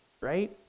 right